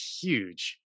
huge